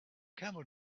camel